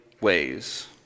ways